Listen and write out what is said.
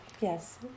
Yes